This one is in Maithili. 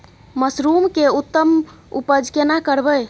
मसरूम के उत्तम उपज केना करबै?